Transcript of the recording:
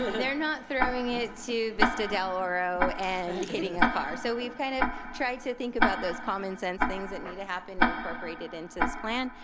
they're not throwing it to vista del oro, and hitting a car. so we've kind of tried to think about those common sense things that need to happen incorporated into this plan,